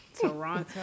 toronto